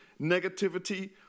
negativity